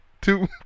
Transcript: two